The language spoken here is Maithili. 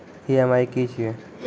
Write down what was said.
ई.एम.आई की छिये?